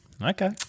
Okay